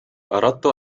أردت